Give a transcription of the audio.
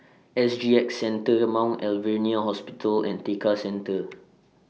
S G X Centre The Mount Alvernia Hospital and Tekka Centre